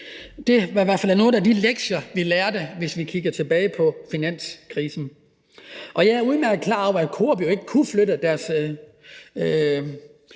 Det var i hvert fald en af de lektier, vi lærte, når vi kigger tilbage på finanskrisen. Jeg er udmærket klar over, at Coop jo ikke kunne flytte deres